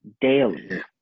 daily